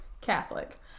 Catholic